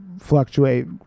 fluctuate